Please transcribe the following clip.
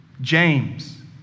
James